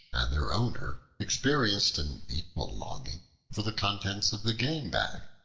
and their owner experienced an equal longing for the contents of the game-bag.